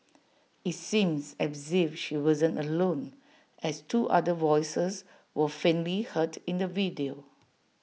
IT seems as if she wasn't alone as two other voices were faintly heard in the video